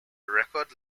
record